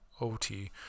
OT